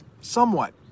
somewhat